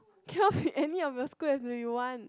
cannot be any of your school has to be one